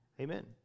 Amen